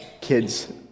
kids